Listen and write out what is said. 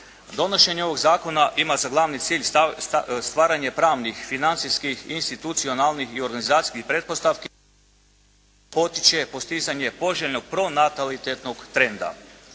Donošenje ovog zakona ima za glavni cilj stvaranje pravnih, financijskih, institucionalnih i organizacijskih pretpostavki … /Prekid na snimci./ … potiče postizanje poželjnog pronatalitetnog trenda.